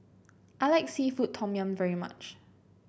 I like seafood Tom Yum very much